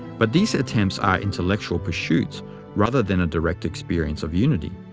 but these attempts are intellectual pursuits rather than a direct experience of unity.